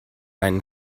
einen